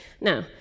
now